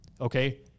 okay